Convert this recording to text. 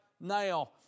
now